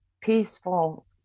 peaceful